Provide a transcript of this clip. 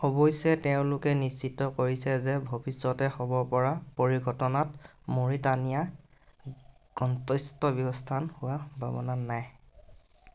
অৱশ্যে তেওঁলোকে নিশ্চিত কৰিছে যে ভৱিষ্যতে হ'ব পৰা পৰিঘটনাত মৰিটানিয়া গন্তস্থ্য ব্যস্থান হোৱাৰ সম্ভাৱনা নাই